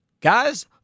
Guys